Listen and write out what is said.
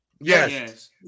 Yes